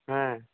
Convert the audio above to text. হ্যাঁ